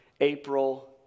April